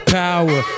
power